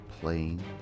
playing